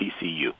TCU